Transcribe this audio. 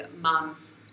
mums